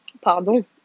pardon